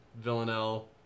Villanelle